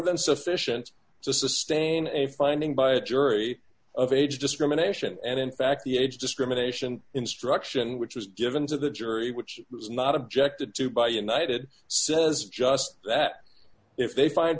than sufficient to sustain a finding by a jury of age discrimination and in fact the age discrimination instruction which was given to the jury which was not objected to by united says just that if they find